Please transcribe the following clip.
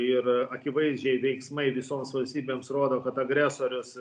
ir akivaizdžiai veiksmai visoms valstybėms rodo kad agresorius